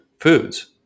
foods